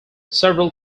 several